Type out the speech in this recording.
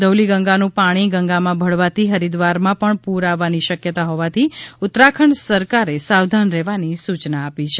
ધૌલીગંગાનું પાણી ગંગામાં ભળવાથી હરિદ્વારમાં પણ પુર આવવાની શકયતા હોવાથી ઉત્તરાખંડ સરકારે સાવધાન રહેવાની સુયના આપી છે